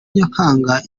nyakanga